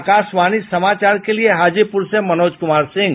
आकाशवाणी समाचार के लिए हाजीपुर से मनोज कुमार सिंह